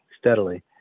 steadily